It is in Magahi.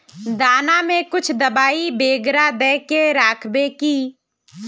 दाना में कुछ दबाई बेगरा दय के राखबे की?